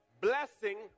blessing